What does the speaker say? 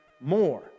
more